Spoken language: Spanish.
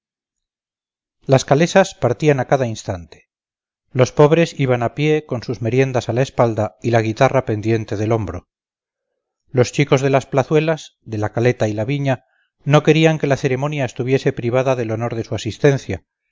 las calesas partían a cada instante los pobres iban a pie con sus meriendas a la espalda y la guitarra pendiente del hombro los chicos de las plazuelas de la caleta y la viña no querían que la ceremonia estuviese privada del honor de su asistencia